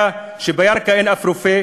היה שבירכא אין אף רופא,